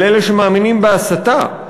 על אלה שמאמינים בהסתה.